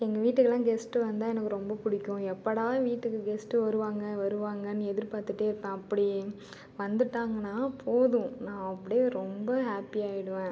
எங்கள் வீட்டுக்குலாம் கெஸ்ட் வந்தால் எனக்கு ரொம்ப பிடிக்கும் எப்போடா வீட்டுக்கு கெஸ்ட்டு வருவாங்க வருவாங்கன்னு எதிர்பார்த்துட்டே இருப்பேன் அப்படி வந்துட்டாங்கனா போதும் நான் அப்டி ரொம்ப ஹாப்பியாயிடுவேன்